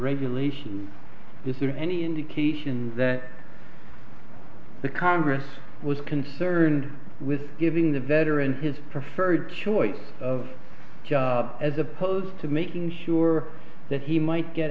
regulation is there any indications that the congress was concerned with giving the veteran his preferred choice of job as opposed to making sure that he might get